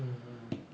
mm